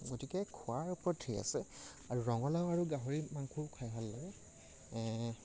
গতিকে খোৱাৰ ওপৰত ঢেৰ আছে আৰু ৰঙালাও আৰু গাহৰি মাংসও খাই ভাল লাগে